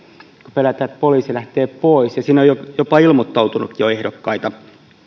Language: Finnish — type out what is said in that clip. pelätään että poliisi lähtee pois ja sinne on jopa jo ilmoittautunut ehdokkaita